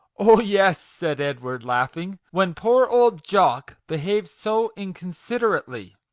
oh, yes, said edward, laughing when poor old jock behaved so inconsiderately!